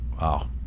Wow